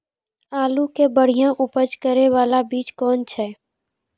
आलू के बढ़िया उपज करे बाला बीज कौन छ?